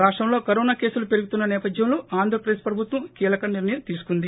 రాష్లంలో corona కేసులు పెరుగుతున్న నేపథ్యంలో ఆంధ్రప్రదేశ్ ప్రభుత్వం కీలక నిర్ణయం తీసుకుంది